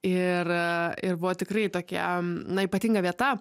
ir ir buvo tikrai tokia na ypatinga vieta